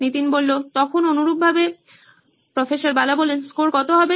নীতিন তখন অনুরূপভাবে প্রফ্ বালা স্কোর কত হবে